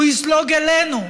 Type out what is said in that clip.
הוא יזלוג אלינו,